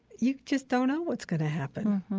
you just don't know what's going to happen,